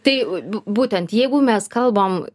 tai būtent jeigu mes kalbam